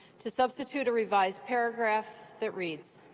to substitute a revised paragraph that reads